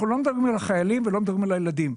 אנחנו לא מדברים על החיילים ולא מדברים על הילדים.